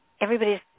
Everybody's